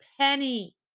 penny